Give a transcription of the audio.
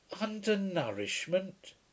Undernourishment